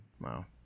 Wow